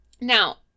Now